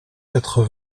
quatre